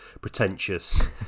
pretentious